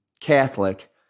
Catholic